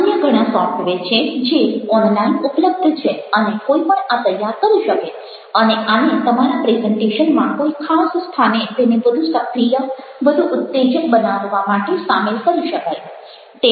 અન્ય ઘણા સોફ્ટવેર છે જે ઓનલાઇન ઉપલબ્ધ છે અને કોઈ પણ આ તૈયાર કરી શકે અને આને તમારા પ્રેઝન્ટેશનમાં કોઈ ખાસ સ્થાને તેને વધુ સક્રિય વધુ ઉત્તેજક બનાવવા માટે સામેલ કરી શકાય